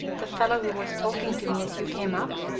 the fellow who was talking to me as you came up?